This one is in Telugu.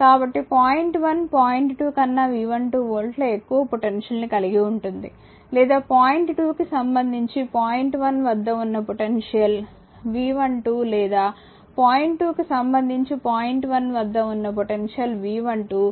కాబట్టి పాయింట్ 1 పాయింట్ 2 కన్నా V12 వోల్టుల ఎక్కువ పొటెన్షియల్ ని కలిగి ఉంటుంది లేదా పాయింట్ 2 కి సంబంధించి పాయింట్ 1 వద్ద ఉన్న పొటెన్షియల్ V12 లేదా పాయింట్ 2 కి సంబంధించి పాయింట్ 1 వద్ద ఉన్న పొటెన్షియల్ V12